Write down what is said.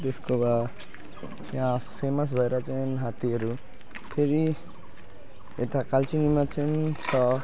त्यसको बाद यहाँ फेमस भएर चाहिँ हात्तीहरू फेरि यता कालचिनीमा चाहिँ छ